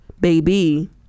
baby